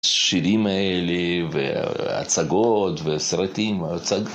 שירים האלה, והצגות, וסרטים, הצג